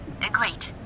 great